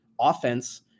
offense